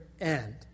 end